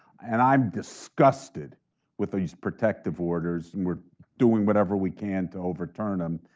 and i'm disgusted with these protective orders, and we're doing whatever we can to overturn them.